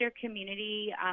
community